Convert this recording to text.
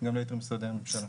גם לייתר משרדי הממשלה.